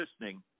listening